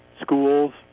schools